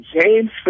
James